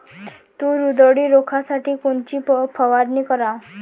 तूर उधळी रोखासाठी कोनची फवारनी कराव?